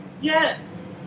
Yes